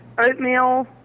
Oatmeal